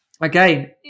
Again